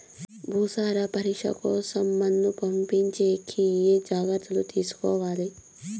భూసార పరీక్ష కోసం మన్ను పంపించేకి ఏమి జాగ్రత్తలు తీసుకోవాలి?